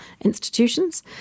institutions